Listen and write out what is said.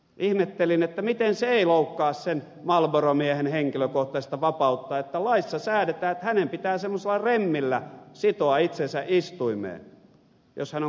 ihmettelin miten se ei loukkaa sen marlboro miehen henkilökohtaista vapautta että laissa säädetään että hänen pitää semmoisella remmillä sitoa itsensä istuimeen jos hän on kuljettajana